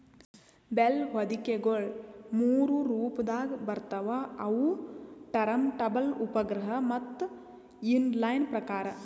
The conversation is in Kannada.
ಬೇಲ್ ಹೊದಿಕೆಗೊಳ ಮೂರು ರೊಪದಾಗ್ ಬರ್ತವ್ ಅವು ಟರಂಟಬಲ್, ಉಪಗ್ರಹ ಮತ್ತ ಇನ್ ಲೈನ್ ಪ್ರಕಾರ್